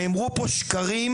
נאמרו פה שקרים,